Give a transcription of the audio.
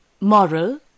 moral